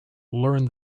learn